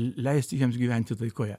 leisti jiems gyventi taikoje